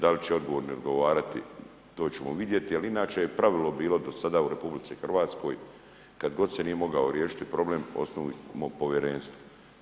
Da li će odgovorni odgovarati, to ćemo vidjeti, ali inače je pravilo bilo do sada u RH, kad god se nije mogao riješiti problem, osnujmo povjerenstvo.